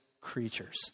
creatures